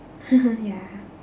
ya